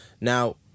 Now